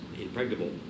impregnable